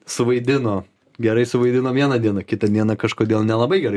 suvaidino gerai suvaidino vieną dieną kitą dieną kažkodėl nelabai gerai